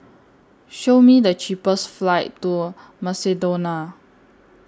Show Me The cheapest flights to Macedonia